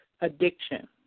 addiction